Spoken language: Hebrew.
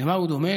למה הוא דומה?